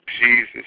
Jesus